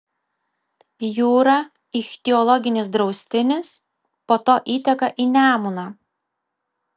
jūra ichtiologinis draustinis po to įteka į nemuną